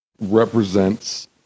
represents